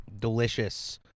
delicious